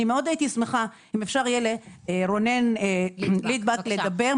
אני מאוד הייתי שמחה אם רונן ליטבאק יוכל לדבר,